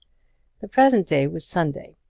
the present day was sunday,